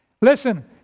Listen